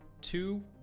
two